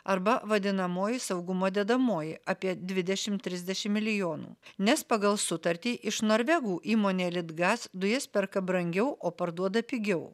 arba vadinamoji saugumo dedamoji apie dvidešim trisdešim milijonų nes pagal sutartį iš norvegų įmonė litgas dujas perka brangiau o parduoda pigiau